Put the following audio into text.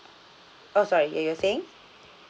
oh sorry you were saying